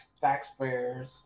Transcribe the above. taxpayers